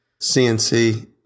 CNC